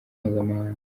mpuzamahanga